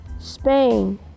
Spain